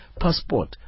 passport